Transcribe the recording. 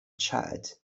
chad